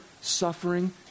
suffering